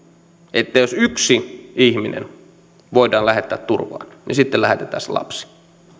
että jos yksi ihminen voidaan lähettää turvaan niin sitten lähetetään se lapsi